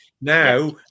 Now